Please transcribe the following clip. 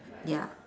ya